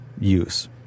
use